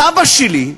סבא שלי,